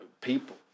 People